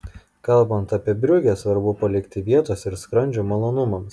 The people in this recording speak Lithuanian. kalbant apie briugę svarbu palikti vietos ir skrandžio malonumams